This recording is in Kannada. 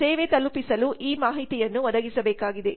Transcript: ಸೇವೆ ತಲುಪಿಸಲು ಈ ಮಾಹಿತಿಯನ್ನು ಒದಗಿಸಬೇಕಾಗಿದೆ